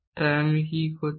তাই আমি কি করছি